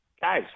guys